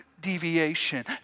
deviation